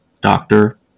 doctor